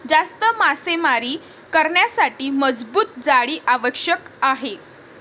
जास्त मासेमारी करण्यासाठी मजबूत जाळी आवश्यक आहे